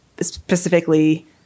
specifically